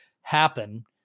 happen